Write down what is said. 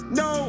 no